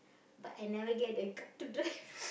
but I never get a car to drive